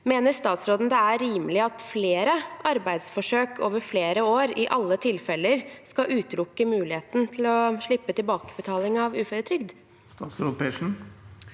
Mener statsråden det er rimelig at flere arbeidsforsøk over flere år i alle tilfeller skal utelukke muligheten til å slippe tilbakebetaling av uføretrygd?